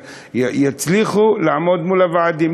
יצליחו לעמוד מול הוועדים.